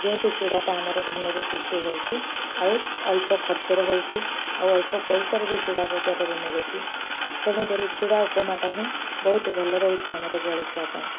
ଯେହେତୁ ଚୁଡ଼ାଟା ଆମର ଧାନରୁ ସୃଷ୍ଟି ହେଉଛି ଆଉ ଅଳ୍ପ ଖର୍ଚ୍ଚରେ ହେଉଛି ଆଉ ଅଳ୍ପ ପଇସାରେ ବି ଚୁଡ଼ା ବଜାର ରେ ମିଳୁଛି ତେଣୁକରି ଚୁଡ଼ା ଉପମାଟା ହିଁ ବହୁତ ଭଲ ରହୁଛି ଆମର ଜଳଖିଆ ପାଇଁ